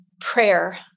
prayer